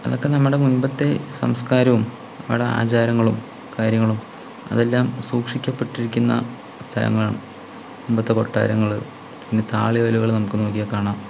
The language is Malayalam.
അതൊക്കെ നമ്മുടെ മുമ്പത്തെ സംസ്കാരവും നമ്മുടെ ആചാരങ്ങളും കാര്യങ്ങളും അതെല്ലാം സൂക്ഷിക്കപ്പെട്ടിരിക്കുന്ന സ്ഥലങ്ങൾ മുമ്പത്തെ കൊട്ടാരങ്ങള് പിന്നെ താളിയോലകള് നമ്മക്ക് നോക്കിയാൽ കാണാം